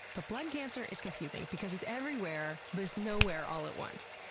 but blood cancer is confusing because it's everywhere but it's nowhere all at once.